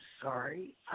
sorry